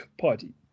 party